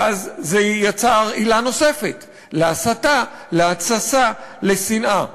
ואז זה יצר עילה נוספת להסתה, להתססה, לשנאה.